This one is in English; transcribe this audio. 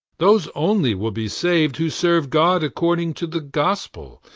those only will be saved, who serve god according to the gospel,